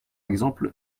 exemple